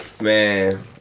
Man